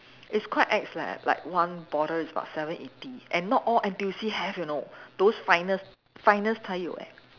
it's quite ex leh like one bottle is about seven eighty and not all N_T_U_C have you know those finest finest 才有 eh